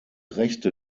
rechte